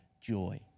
joy